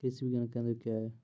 कृषि विज्ञान केंद्र क्या हैं?